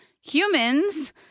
humans